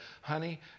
Honey